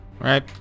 right